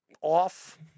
Off